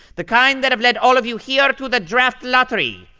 the kind that have led all of you here to the draft lottery!